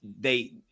they-